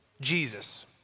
Jesus